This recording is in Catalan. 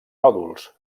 nòduls